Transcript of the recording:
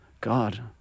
God